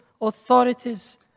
authorities